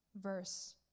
verse